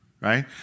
right